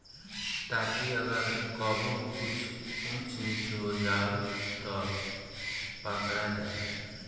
ताकि अगर कबो कुछ ऊच नीच हो जाव त पकड़ा जाए